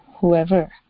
whoever